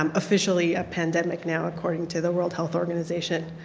um officially a pandemic now according to the world health organization.